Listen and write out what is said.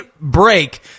break